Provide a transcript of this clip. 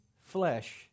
flesh